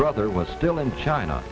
brother was still in china